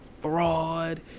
fraud